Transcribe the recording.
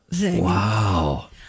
Wow